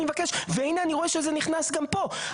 אני מבקש והנה אני רואה שזה נכנס גם פה.